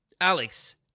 alex